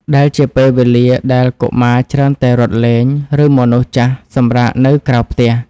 ដែលជាពេលវេលាដែលកុមារច្រើនតែរត់លេង ឬមនុស្សចាស់សម្រាកនៅក្រៅផ្ទះ។